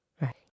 right